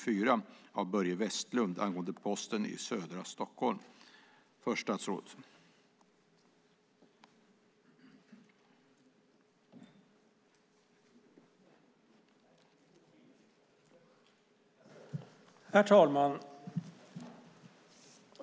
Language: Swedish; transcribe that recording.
Herr talman!